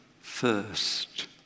first